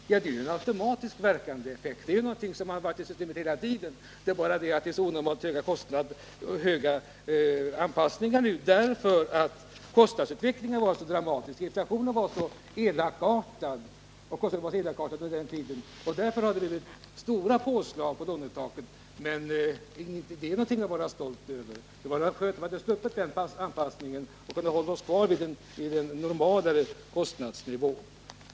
Lånetaket har höjts mycket under den senaste tiden, eftersom inflationen har varit så elakartad. Men detta är väl ingenting att vara stolt över. Det hade varit bra om vi hade sluppit denna anpassning och i stället kunnat hålla oss kvar vid en normalare kostnadsnivå.